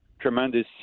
tremendous